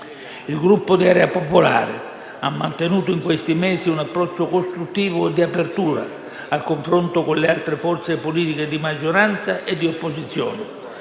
Il Gruppo di Area Popolare ha mantenuto in questi mesi un approccio costruttivo e di apertura al confronto con le altre forze politiche di maggioranza e di opposizione.